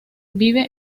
vive